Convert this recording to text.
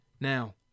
Now